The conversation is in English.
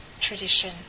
tradition